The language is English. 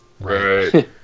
right